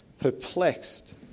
perplexed